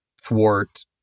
thwart